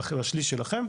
בשליש שלכם,